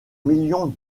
millions